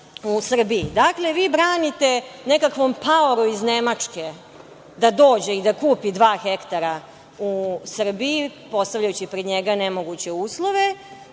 Srbiji. Dakle, vi branite nekakvo paoru iz Nemačke da dođe i da kupi dva hektara u Srbiji, postavljajući pred njega nemoguće uslove,